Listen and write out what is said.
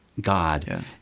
God